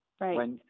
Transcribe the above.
Right